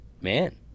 man